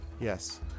Yes